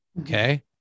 okay